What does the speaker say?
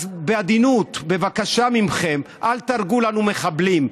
אז בעדינות, בבקשה מכם, אל תהרגו לנו מחבלים.